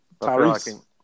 Tyrese